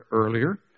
earlier